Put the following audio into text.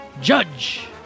Judge